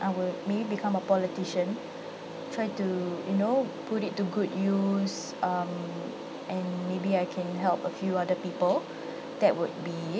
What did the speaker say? I would maybe become a politician try to you know put it to good use um and maybe I can help a few other people that would be